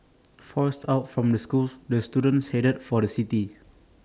forced out from the schools the students headed for the city